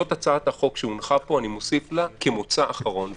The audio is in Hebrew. אני מוסיף להצעת החוק שהונחה פה: "כמוצא אחרון",